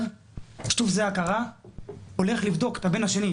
מתעורר שטוף זיעה קרה והולך לבדוק את הבן השני.